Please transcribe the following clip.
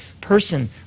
person